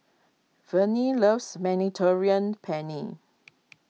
Verne loves Mediterranean Penne